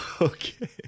Okay